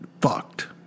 fucked